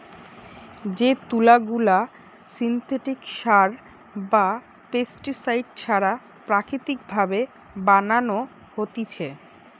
যে তুলা গুলা সিনথেটিক সার বা পেস্টিসাইড ছাড়া প্রাকৃতিক ভাবে বানানো হতিছে